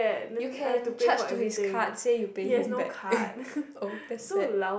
you can charge to his card say you pay him back oh that's sad